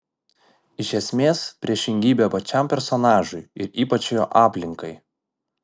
iš esmės priešingybė pačiam personažui ir ypač jo aplinkai